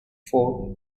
for